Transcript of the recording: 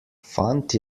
fant